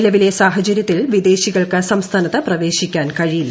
നിലവിലെ സാഹചര്യത്തിൽ വിദേശികൾക്ക് സംസ്ഥാനത്ത് പ്രവേശിക്കാൻ കഴിയില്ല